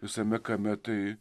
visame kame tai